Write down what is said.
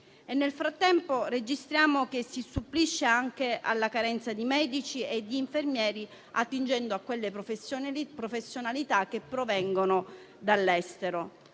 Nel frattempo registriamo che si supplisce alla carenza di medici e di infermieri attingendo a professionalità che provengono dall'estero;